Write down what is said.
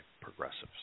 progressives